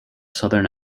southern